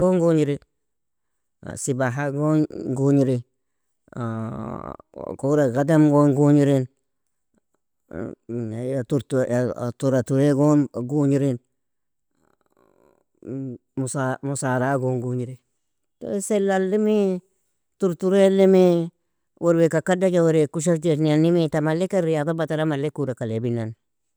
sibaha gon gugniri, kura gadamgon gugnirin, minga iya tur_ turature gon gugniri, mua_musaraa gon gugniri, ta sellalimi, turturelimi, werweaka kaddija, werweaka usherjirnainimi, ta mali ken riyada batara, malle kuraka lebinanni.